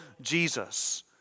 Jesus